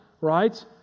right